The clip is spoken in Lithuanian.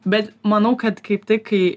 bet manau kad kaip tik kai